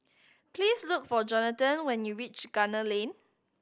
please look for Jonathan when you reach Gunner Lane